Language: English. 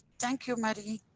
thank you marie.